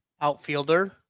Outfielder